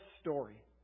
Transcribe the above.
story